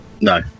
No